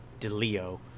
DeLeo